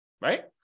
right